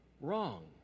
wrong